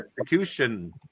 execution